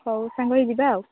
ହଉ ସାଙ୍ଗ ହେଇ ଯିବା ଆଉ